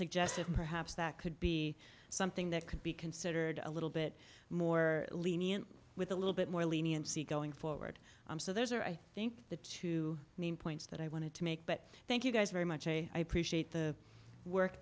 suggest that perhaps that could be something that could be considered a little bit more lenient with a little bit more lenient see going forward so there's a i think the two main points that i wanted to make but thank you guys very much i hate the work